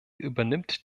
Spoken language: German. übernimmt